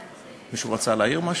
מישהו רצה להעיר משהו?